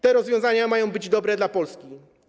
Te rozwiązania mają być dobre dla Polski.